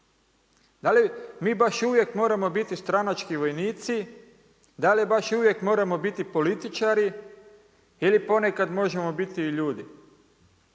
Da li mi baš uvijek moramo bit stranački vojnici, da li baš uvijek moramo biti političari ili ponekad možemo biti i ljudi